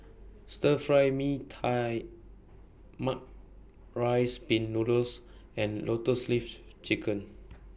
Stir Fry Mee Tai Mak Rice Pin Noodles and Lotus Leaf Chicken